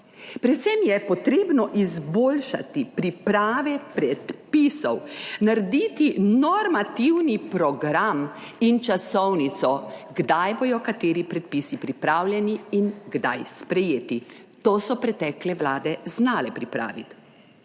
Predvsem je potrebno izboljšati priprave predpisov, narediti normativni program in časovnico, kdaj bodo kateri predpisi pripravljeni in kdaj sprejeti - to so pretekle vlade znale pripraviti.